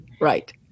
Right